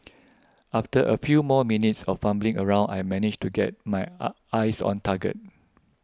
after a few more minutes of fumbling around I managed to get my eye eyes on target